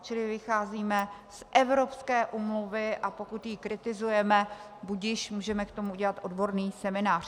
Čili vycházíme z evropské úmluvy a pokud ji kritizujeme, budiž, můžeme k tomu udělat odborný seminář.